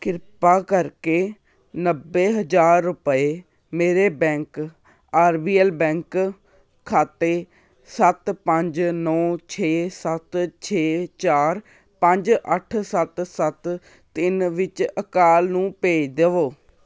ਕਿਰਪਾ ਕਰਕੇ ਨੱਬੇ ਹਜ਼ਾਰ ਰੁਪਏ ਮੇਰੇ bank R B L bank ਖਾਤੇ ਸੱਤ ਪੰਜ ਨੌਂ ਛੇ ਸੱਤ ਛੇ ਚਾਰ ਪੰਜ ਅੱਠ ਸੱਤ ਸੱਤ ਤਿੰਨ ਵਿਚ ਅਕਾਲ ਨੂੰ ਭੇਜ ਦਵੋ